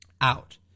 out